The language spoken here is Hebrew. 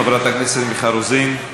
חברת הכנסת מיכל רוזין,